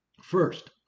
First